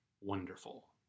wonderful